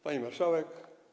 Pani Marszałek!